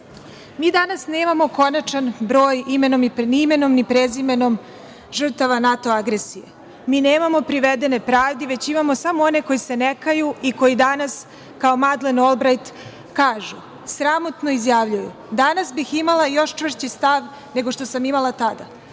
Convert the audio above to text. Mi danas nemamo konačan broj ni imenom ni prezimenom žrtava NATO agresije. Mi nemamo privedene pravdi, već imamo samo one koji se ne kažu i koji danas kao Madlen Olbrajt kažu i sramotno izjavljuju - danas bih imala još čvršći stav nego što sam ima tada.